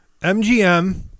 MGM